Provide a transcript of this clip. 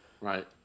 Right